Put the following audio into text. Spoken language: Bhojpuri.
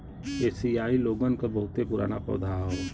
एसिआई लोगन क बहुते पुराना पौधा हौ